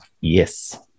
Yes